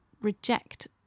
reject